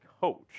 coach